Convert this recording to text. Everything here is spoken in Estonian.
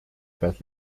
pead